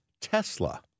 Tesla